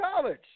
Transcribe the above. college